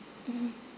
mmhmm